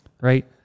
right